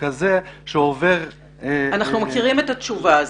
כזה שעובר --- אנחנו מכירים את התשובה הזו.